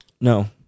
No